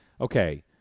Okay